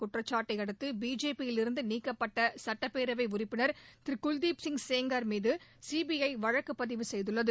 குற்றச்சாட்டை அடுத்து பிஜேபி யிலிருந்து நீக்கப்பட்ட சட்டப்பேரவை உறுப்பினர் திரு குல்தீப்சிய் சேங்கார் மீது சிபிஐ வழக்கு பதிவு செய்துள்ளது